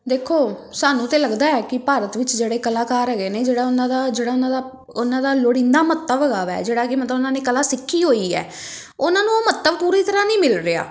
ਦੇਖੋ ਸਾਨੂੰ ਤਾਂ ਲੱਗਦਾ ਹੈ ਕਿ ਭਾਰਤ ਵਿੱਚ ਜਿਹੜੇ ਕਲਾਕਾਰ ਹੈਗੇ ਨੇ ਜਿਹੜਾ ਉਹਨਾਂ ਦਾ ਜਿਹੜਾ ਉਹਨਾਂ ਦਾ ਉਹਨਾਂ ਦਾ ਲੋੜੀਂਦਾ ਮਹੱਤਵ ਹੈਗਾ ਵਾ ਜਿਹੜਾ ਕਿ ਮਤਲਬ ਉਹਨਾਂ ਨੇ ਕਲਾ ਸਿੱਖੀ ਹੋਈ ਹੈ ਉਹਨਾਂ ਨੂੰ ਉਹ ਮਹੱਤਵ ਪੂਰੀ ਤਰ੍ਹਾਂ ਨਹੀਂ ਮਿਲ ਰਿਹਾ